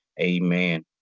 amen